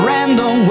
Random